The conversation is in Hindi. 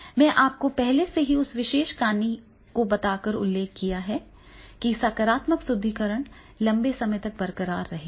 मैंने आपको पहले ही उस विशेष कहानी को बताकर उल्लेख किया है कि सकारात्मक सुदृढीकरण लंबे समय तक बरकरार रहेगा